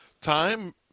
time